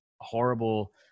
horrible